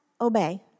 obey